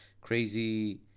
Crazy